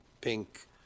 pink